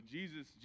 Jesus